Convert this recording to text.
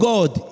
God